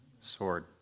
sword